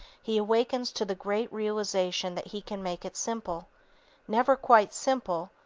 he awakens to the great realization that he can make it simple never quite simple,